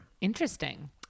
Interesting